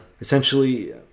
essentially